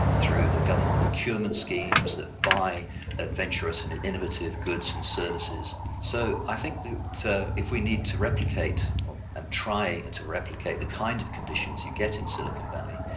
through the government procurement schemes that buy adventurous and innovative goods and services. so i think that so if we need to replicate and try to replicate the kind of conditions you get in silicon valley,